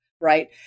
right